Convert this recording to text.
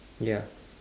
ya